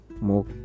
More